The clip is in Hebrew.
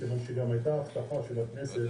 כיוון שגם הייתה הבטחה של הכנסת,